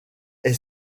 est